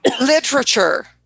Literature